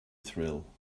thrill